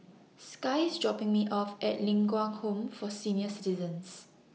Sky IS dropping Me off At Ling Kwang Home For Senior Citizens